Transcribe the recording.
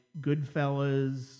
Goodfellas